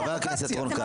חבר הכנסת רון כץ, בבקשה.